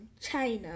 China